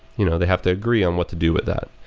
you know they have to agree on what to do with that.